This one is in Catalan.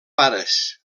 pares